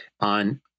on